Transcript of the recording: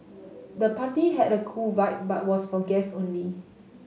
the party had a cool vibe but was for guests only